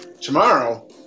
Tomorrow